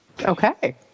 Okay